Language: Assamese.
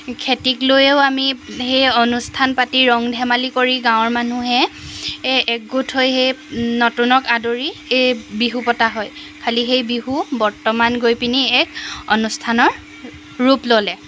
খেতিক লৈও আমি সেই অনুষ্ঠান পাতি ৰং ধেমালি কৰি গাঁৱৰ মানুহে একগোট হৈ সেই নতুনক আদৰি এই বিহু পতা হয় খালি সেই বিহু বৰ্তমান গৈ পিনি এক অনুষ্ঠানৰ ৰূপ ল'লে